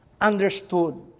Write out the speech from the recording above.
understood